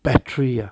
battery ah